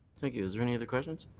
thank you. is there any other questions?